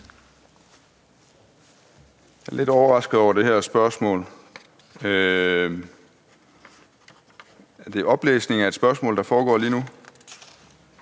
Jeg er lidt overrasket over det her spørgsmål. Er det oplæsning af et spørgsmål, der foregår lige nu?